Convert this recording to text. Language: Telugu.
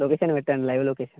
లొకేషన్ పెట్టండి లైవ్ లొకేషన్